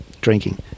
drinking